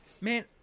man